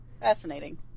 Fascinating